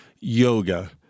yoga